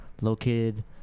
located